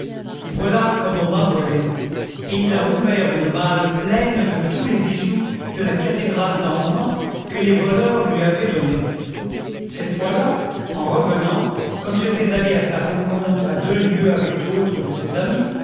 voilà comme on m'a volé et il a ouvert une malle pleine de tous les bijoux de la cathédrale d'embrun que les voleurs lui avaient donnés cette fois-là en revenant comme j'étais allée à sa rencontre à deux lieues avec d'autres de ses amis